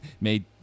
made